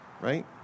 right